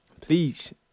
please